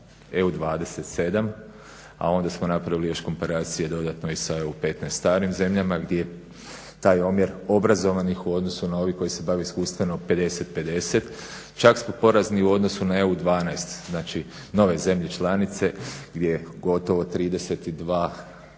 EU 27 a onda smo napravili još komparacije dodatno i sa EU 15 starim zemljama gdje je taj omjer obrazovanih u odnosu na ove koji se bave iskustveno 50-50. Čak smo porazni u odnosu na EU 12, znači nove zemlje članice gdje gotovo 32,5%